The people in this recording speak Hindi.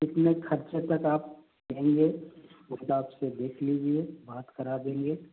कितने खर्चे तक आप देंगे उस हिसाब से देख लीजिए बात करा देंगे